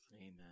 Amen